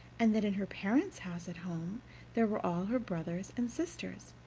and that in her parents' house at home there were all her brothers and sisters,